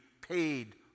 paid